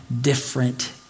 different